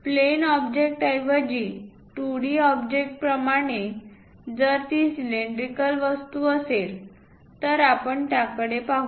plain ऑब्जेक्टऐवजी 2D ऑब्जेक्टप्रमाणे जर ती सिलेंड्रिकल वस्तू असेल तर आपण त्याकडे पाहू